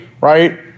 right